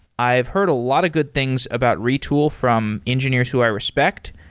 i've heard a lot of good things about retool from engineers who i respect.